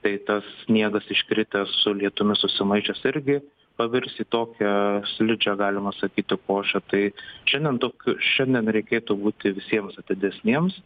tai tas sniegas iškritęs su lietumi susimaišęs irgi pavirs į tokią slidžią galima sakyti košę tai šiandien tokiu šiandien reikėtų būti visiems atidesniems